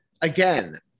Again